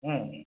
ओम